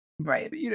Right